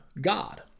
God